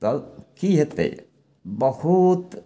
तब की हेतय बहुत